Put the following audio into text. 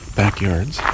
backyards